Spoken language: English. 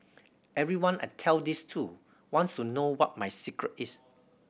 everyone I tell this to wants to know what my secret is